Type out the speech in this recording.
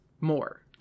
more